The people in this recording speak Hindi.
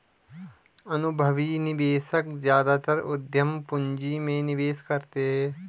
अनुभवी निवेशक ज्यादातर उद्यम पूंजी में निवेश करते हैं